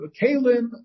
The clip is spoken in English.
kalim